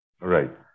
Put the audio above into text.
Right